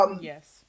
Yes